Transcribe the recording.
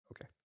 Okay